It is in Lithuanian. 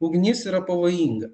ugnis yra pavojinga